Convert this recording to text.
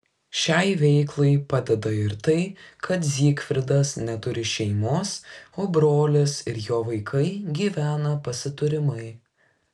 šiai veiklai padeda ir tai kad zygfridas neturi šeimos o brolis ir jo vaikai gyvena pasiturimai